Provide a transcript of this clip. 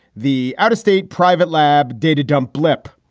the out-of-state private lab data dump blip.